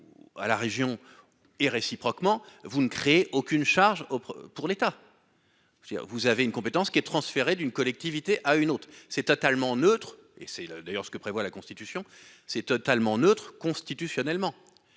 à la région et réciproquement. Vous ne crée aucune charge pour l'État. Je veux dire vous avez une compétence qui est transféré d'une collectivité à une autre. C'est totalement neutre et c'est d'ailleurs ce que prévoit la Constitution. C'est totalement neutre constitutionnellement.